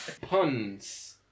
Puns